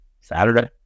Saturday